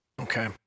okay